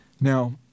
Now